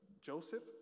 Joseph